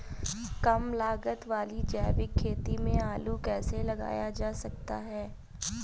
कम लागत वाली जैविक खेती में आलू कैसे लगाया जा सकता है?